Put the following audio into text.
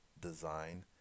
design